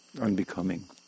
unbecoming